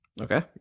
Okay